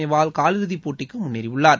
நேவால் காலிறுதிப் போட்டிக்கு முன்னேறியுள்ளார்